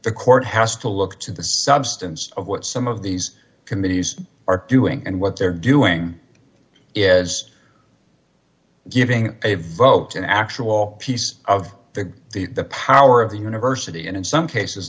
the court has to look to the substance of what some of these committees are doing and what they're doing is giving a vote to an actual piece of the the power of the university and in some cases